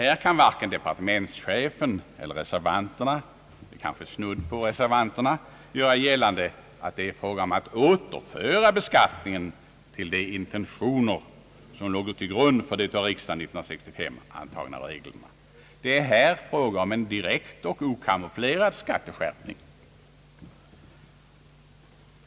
Här kan varken departementschefen eller reservanterna — kanske dock snudd för reservanterna — göra gällande att det är fråga om att återföra beskattningen till de intentioner som låg till grund för de av riksdagen år 1965 antagna reglerna, Det rör sig här om en direkt och okamouflerad skatteskärpning.